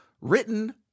written